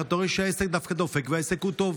אתה רואה שהעסק דווקא דופק והעסק הוא טוב.